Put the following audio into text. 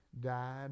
died